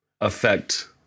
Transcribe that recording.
affect